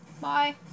Bye